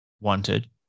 wanted